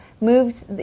moved